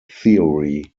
theory